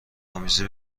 آمیزی